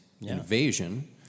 invasion